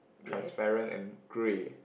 transparent and grey